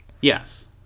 Yes